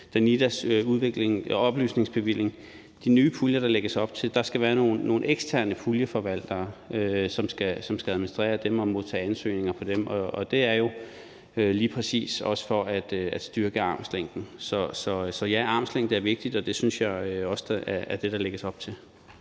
afløse den her ny oplysningsbevilling til Danida, skal have nogle eksterne puljeforvaltere, som skal administrere dem og modtage ansøgninger til dem. Og det er jo lige præcis også for at styrke armslængden. Så ja, armslængde er vigtigt, og det synes jeg også er det, der lægges op til.